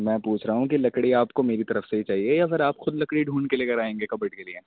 میں پچ رہا ہوں کہ لکڑی آپ کو میری طرف سے چاہئے یا پھر آ خود لکڑی ڈھونڈ کے لے کر آئیں گے کپڈ کے لیے